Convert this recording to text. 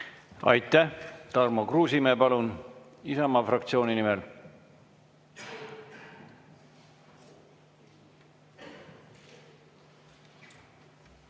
Aitäh! Tarmo Kruusimäe, palun, Isamaa fraktsiooni nimel!